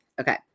Okay